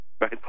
right